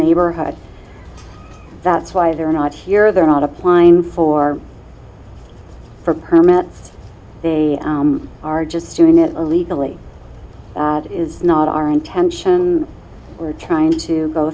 neighborhood that's why they're not here they're not applying for for permits they are just doing it legally is not our intention we're trying to go